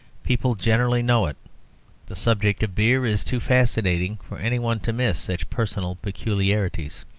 people generally know it the subject of beer is too fascinating for any one to miss such personal peculiarities.